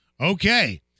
okay